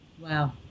Wow